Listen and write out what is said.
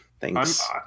Thanks